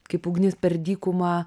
kaip ugnis per dykumą